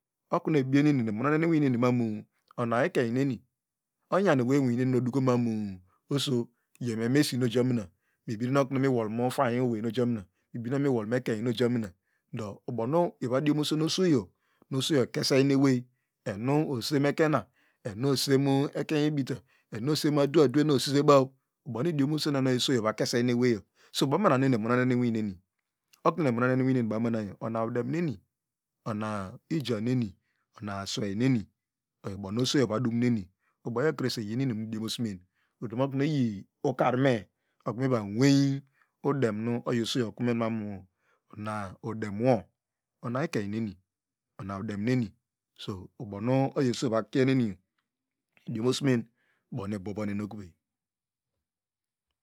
Okunu ebieneni mimuno na iwa neni mamu ona ekey neni onyam awey inamu ona ekeuny neni onyam owey inwo neni nu oduko mamu oso yeme mesinuo jamina nubinen okunu miwolay mufayo owey nijamina mubinen okunu miwolmu ekeny nijamina do ubo nu ivadiom sere osoyo nu oso yo okese ynewni enu osise mu ekena onu osisemu ekeny ebita mu adwe adwe nu osise baw ubo nu idiom senoyi osoyo ova kesey newayo so banubana nu eni emnone neninwi neni okunwni enmoeni inwinwni bam nani oyo udemneni ija neni nu anwni nu aswey neni oyo bonu osoyo ova dumnen ubonyo kress iyinium idiom semen olomokin iyi ukar me okunu va nwey udem nu oyisomu okumen mamm ona udem wo ona ekeuny ona udem neni so ubomu ibobosemen okuvey